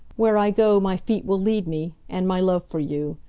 where i go my feet will lead me, and my love for you.